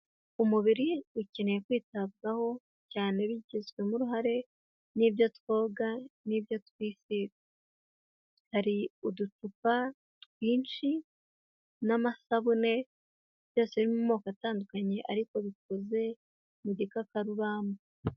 Umubiri ukeneye kwitabwaho cyane bigizwemo uruhare n'ibyo twoga n'ibyo twisiga; hari uducupa twinshi n'amasabune byose biri mu moko atandukanye ariko bikoze mu gikakaruramba.